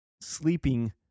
sleeping